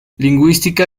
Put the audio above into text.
lingüística